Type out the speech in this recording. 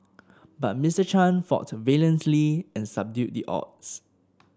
but Mister Chan fought valiantly and subdued the odds